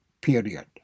Period